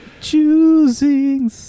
Choosing